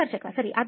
ಸಂದರ್ಶಕ ಸರಿ